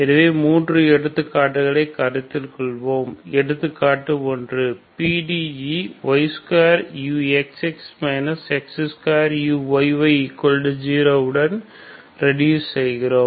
எனவே மூன்று எடுத்துக்காட்டுகளை கருத்தில் கொள்வோம் எடுத்துக்காட்டு 1 PDE y2uxx x2uyy0 உடன் ரெடூஸ் செய்கிறோம்